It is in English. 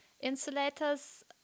insulators